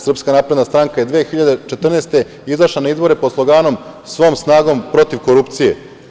Srpska napredna stranka je 2014. godine izašla na izbore pod sloganom „Svom snagom protiv korupcije“